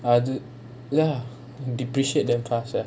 other ya depreciate damm fast sia